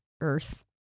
Earth